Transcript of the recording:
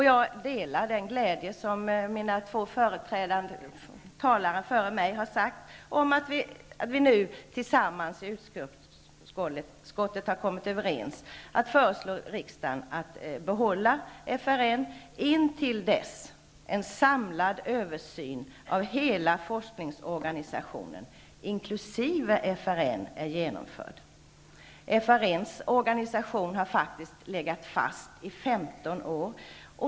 Jag delar den glädje som de två tidigare talarna visade, därför att vi i utskottet kom överens om att föreslå riksdagen att behålla FRN till dess en samlad översyn av hela forskningsorganisationen inkl. FRN har genomförts. FRN:s organisation har faktiskt legat fast i 15 år.